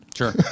sure